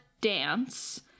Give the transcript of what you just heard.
dance